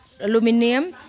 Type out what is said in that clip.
aluminium